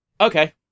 Okay